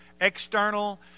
external